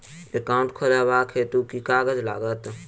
Account खोलाबक हेतु केँ कागज लागत?